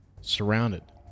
surrounded